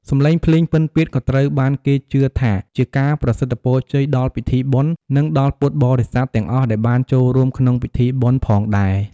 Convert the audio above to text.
សំឡេងភ្លេងពិណពាទ្យក៏ត្រូវបានគេជឿថាជាការប្រសិទ្ធពរជ័យដល់ពិធីបុណ្យ និងដល់ពុទ្ធបរិស័ទទាំងអស់ដែលបានចូលរួមក្នុងពិធីបុណ្យផងដែរ។